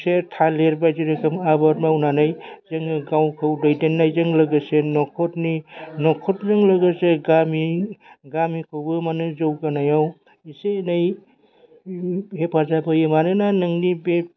खुसेर थालिर बायदि रोखोम आबाद मावनानै जोङो गावखौ दैदेननायजों लोगोसे न'खरनि न'खरजों लोगोसे गामि गामिखौबो माने जौगानायाव एसे एनै हेफाजाब होयो मानोना नोंनि बे